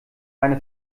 eine